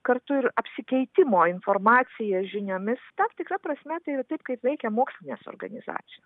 kartu ir apsikeitimo informacija žiniomis tam tikra prasme tai yra taip kaip veikia mokslinės organizacijos